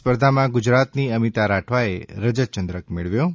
સ્પર્ધામાં ગુજરાતની અમિતા રાઠવાએ રજતયંદ્રક મેળવ્યો છે